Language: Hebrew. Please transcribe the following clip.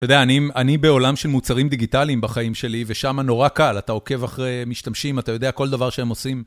אתה יודע, אני בעולם של מוצרים דיגיטליים בחיים שלי, ושם נורא קל, אתה עוקב אחרי משתמשים, אתה יודע כל דבר שהם עושים.